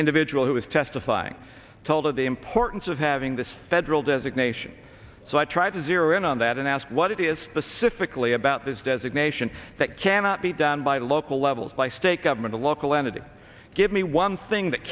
individual who was testifying told of the importance of having this federal designation so i try to zero in on that and ask what it is specifically about this designation that cannot be done by local levels by state government a local entity give me one thing that